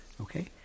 Okay